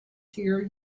here